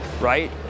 right